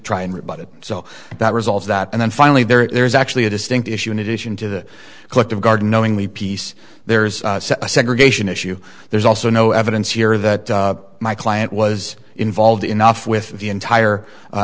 try and rebut it so that resolves that and then finally there's actually a distinct issue in addition to the collective garden knowingly piece there's a segregation issue there's also no evidence here that my client was involved enough with the entire a